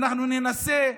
אנחנו ננסה,